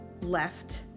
left